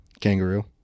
kangaroo